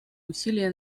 усилия